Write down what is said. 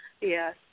Yes